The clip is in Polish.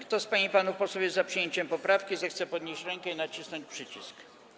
Kto z pań i panów posłów jest za przyjęciem poprawki, zechce podnieść rękę i nacisnąć przycisk.